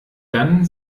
dann